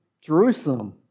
Jerusalem